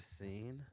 seen